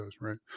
right